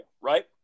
right